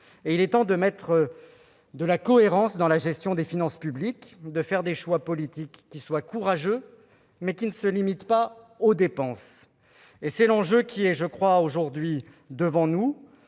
Il est temps de mettre enfin de la cohérence dans la gestion des finances publiques, de faire des choix politiques courageux et qui ne se limitent pas aux dépenses. Tel est l'enjeu qui est aujourd'hui devant nous.